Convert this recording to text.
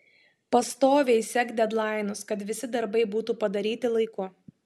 pastoviai sek dedlainus kad visi darbai būtų padaryti laiku